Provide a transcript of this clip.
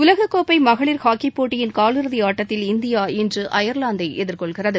உலகக்கோப்பை மகளிர் ஹாக்கிப் போட்டி கால் இறுதி ஆட்டத்தில் இந்தியா இன்று அயர்வாந்தை எதிர்கொள்கிறது